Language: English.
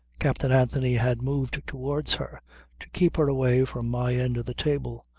captain anthony had moved towards her to keep her away from my end of the table,